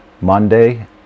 Monday